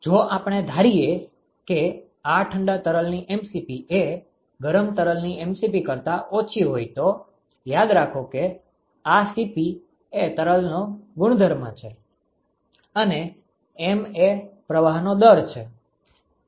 જો આપણે ધારીએ કે આ ઠંડા તરલની mCp એ ગરમ તરલની mCp કરતા ઓછી હોય તો યાદ રાખો કે આ Cp એ તરલનો ગુણધર્મ છે અને m એ પ્રવાહનો દર છે